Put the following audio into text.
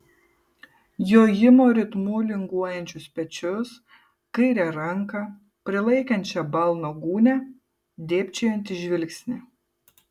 jojimo ritmu linguojančius pečius kairę ranką prilaikančią balno gūnią dėbčiojantį žvilgsnį